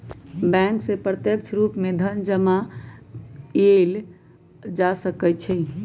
bank से प्रत्यक्ष रूप से धन जमा एइल जा सकलई ह